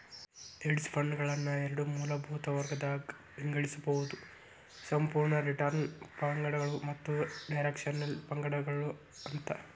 hedge ಫಂಡ್ಗಳನ್ನ ಎರಡ್ ಮೂಲಭೂತ ವರ್ಗಗದಾಗ್ ವಿಂಗಡಿಸ್ಬೊದು ಸಂಪೂರ್ಣ ರಿಟರ್ನ್ ಫಂಡ್ಗಳು ಮತ್ತ ಡೈರೆಕ್ಷನಲ್ ಫಂಡ್ಗಳು ಅಂತ